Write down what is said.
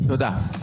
תודה.